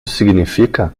significa